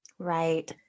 Right